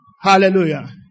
Hallelujah